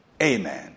Amen